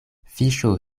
fiŝo